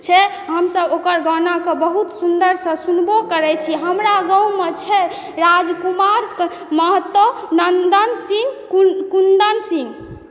छै हमसब ओकर गानाके बहुत सुन्दरसँ सुनबो करय छी हमरा गाँवमे छै राजकुमार महतो नन्दन सिंह कुन्दन सिंह